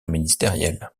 ministériel